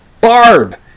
Barb